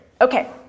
Okay